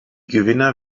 gewinner